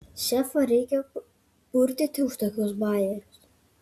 šefą reikia purtyti už tokius bajerius